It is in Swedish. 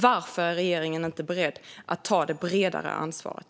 Varför är regeringen inte beredd att ta det bredare ansvaret?